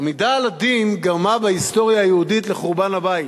עמידה על הדין גרמה בהיסטוריה היהודית לחורבן הבית.